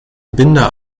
binder